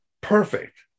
perfect